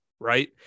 right